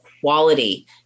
quality